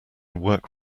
work